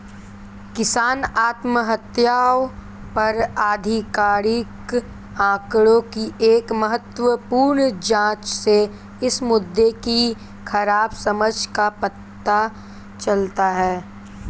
किसान आत्महत्याओं पर आधिकारिक आंकड़ों की एक महत्वपूर्ण जांच से इस मुद्दे की खराब समझ का पता चलता है